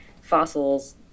fossils